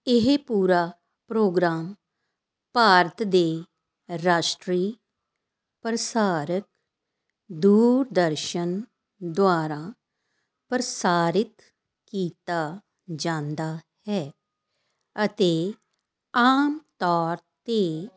ਇਹ ਪੂਰਾ ਪ੍ਰੋਗਰਾਮ ਭਾਰਤ ਦੇ ਰਾਸ਼ਟਰੀ ਪ੍ਰਸਾਰ ਦੂਰਦਰਸ਼ਨ ਦੁਆਰਾ ਪ੍ਰਸਾਰਿਤ ਕੀਤਾ ਜਾਂਦਾ ਹੈ ਅਤੇ ਆਮ ਤੌਰ 'ਤੇ